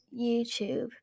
YouTube